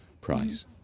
price